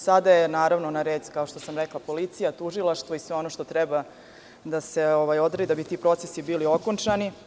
Sada je na red, kao što sam rekla, policija, tužilaštvo i sve ono što treba da se odradi da bi ti procesi bili okončani.